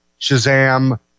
Shazam